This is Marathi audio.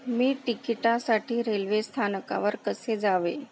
मी तिकिटासाठी रेल्वे स्थानकावर कसे जावे